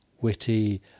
witty